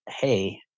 hey